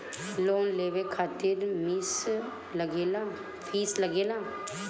Loan लेवे खातिर fees लागेला?